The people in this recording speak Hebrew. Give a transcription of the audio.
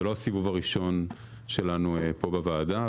זה לא הסיבוב הראשון שלנו פה בוועדה,